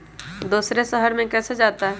दूसरे शहर मे कैसे जाता?